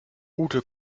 ute